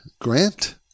Grant